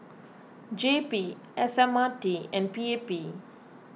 J P S M R T and P A P